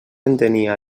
entenia